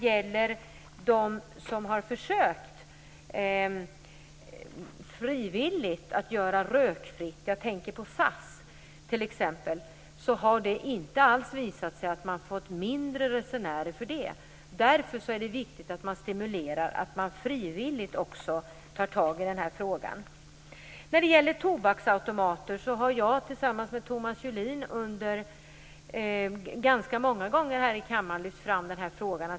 När de som frivilligt försökt få rökfrihet - jag tänker på SAS - har det inte alls visat sig att de t.ex. fått färre resenärer för det. Därför är det viktigt att stimulera att man frivilligt tar itu med frågan. Beträffande tobaksautomater har jag tillsammans med Thomas Julin många gånger i denna kammare lyft fram frågan.